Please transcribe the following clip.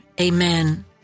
Amen